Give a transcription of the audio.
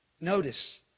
Notice